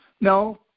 No